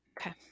Okay